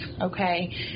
okay